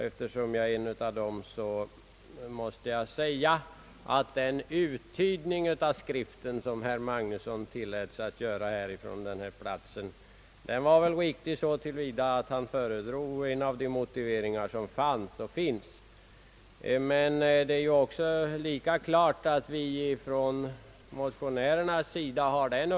Eftersom jag är en av dessa vill jag säga att den uttydning av skriften, som herr Magnusson tillät sig att göra från denna talarstol, var riktig så till vida att han föredrog en av de motiveringar som fanns och finns.